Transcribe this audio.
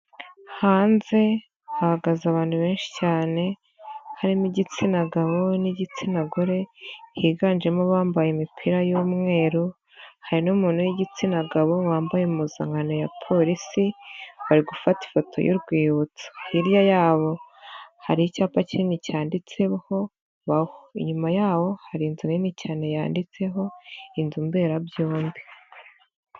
Hanze hagaze abantu benshi cyane harimo igitsina gabo n'igitsina gore higanjemo abambaye imipira y'umweru hari n'umuntu w'igitsina gabo wambaye impuzankano ya Polisi bari gufata ifoto y'urwibutso, hirya yabo hari icyapa kinini cyanditseho, inyuma y'aho hari inzu nini cyane yanditseho inzu mberabyombi.